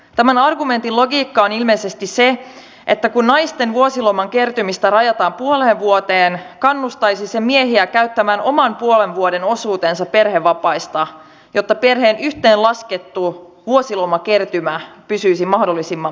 tämän argumentin logiikka on ilmeisesti se että kun naisten vuosiloman kertymistä rajataan puoleen vuoteen kannustaisi se miehiä käyttämään oman puolen vuoden osuutensa perhevapaista jotta perheen yhteenlaskettu vuosilomakertymä pysyisi mahdollisimman muuttumattomana